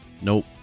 Nope